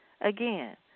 Again